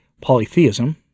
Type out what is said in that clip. polytheism